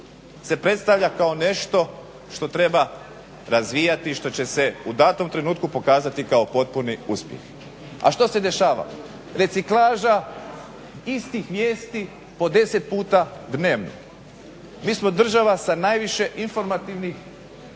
se predstavlja kao nešto što treba razvijati, što će se u datom trenutku pokazati kao potpuni uspjeh. A što se dešava? Reciklaža istih vijesti po 10 puta dnevno. Mi smo država sa najviše informativnih